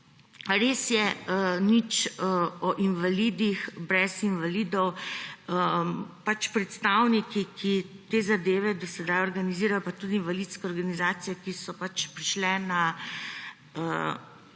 Res je, nič o invalidih brez invalidov. Predstavniki, ki te zadeve do sedaj organizirajo, pa tudi invalidske organizacije, ki so prišle na